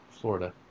Florida